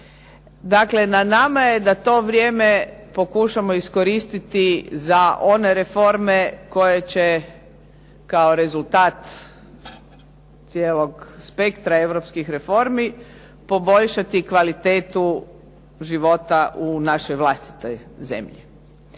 Dakle, na nama je da to vrijeme pokušamo iskoristiti za one reforme koje će kao rezultat cijelog spektra europskih reformi poboljšati kvalitetu života u našoj vlastitoj zemlji.